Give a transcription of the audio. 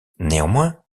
néanmoins